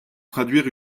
traduire